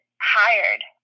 hired